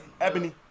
Ebony